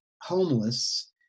homeless